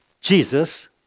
Jesus